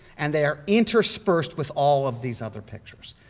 and they are interspersed with all of these other pictures.